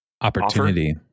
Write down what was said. Opportunity